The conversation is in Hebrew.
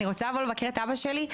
אני רוצה לבוא לבקר את אבא שלי.